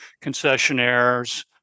concessionaires